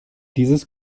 dieses